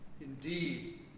indeed